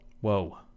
Whoa